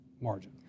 margin